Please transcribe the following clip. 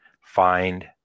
Find